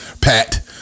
pat